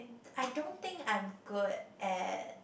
I don't think I'm good at